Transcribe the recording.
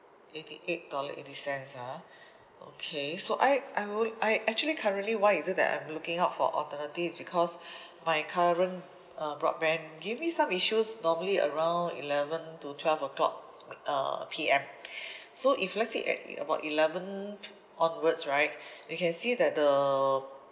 eighty eight dollar eight cents ah okay so I I would I actually currently why is it that I'm looking out for alternative is because my current uh broadband give me some issues normally around eleven to twelve o'clock uh P_M so if let's say at about eleven onwards right we can see that the